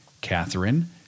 Catherine